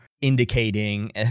indicating